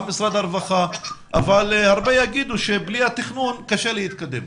משרד הרווחה אבל הרבה יגידו שבלי התכנון קשה להתקדם.